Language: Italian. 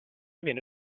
viene